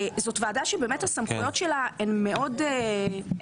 זאת ועדה שהסמכויות שלה הן מאוד רחבות,